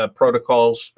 protocols